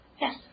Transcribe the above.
Yes